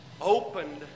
opened